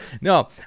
No